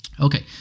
Okay